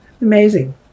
Amazing